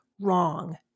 Wrong